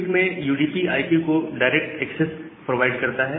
quick में UDP IP को direct access provide करता है